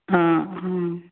অঁ অঁ